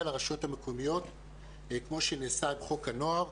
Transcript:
לרשויות המקומיות כמו שנעשה עם חוק הנוער,